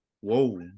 whoa